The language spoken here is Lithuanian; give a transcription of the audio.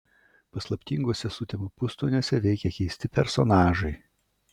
paslaptinguose sutemų pustoniuose veikia keisti personažai